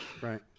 Right